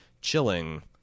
chilling